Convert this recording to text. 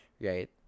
right